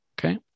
okay